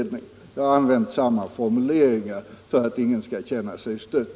Jag har använt samma formuleringar för att ingen skall känna sig stött.